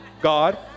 God